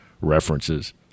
references